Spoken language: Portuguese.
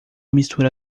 mistura